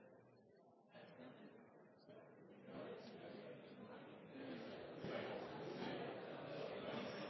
tilsvarende